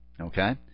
okay